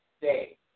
day